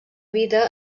vida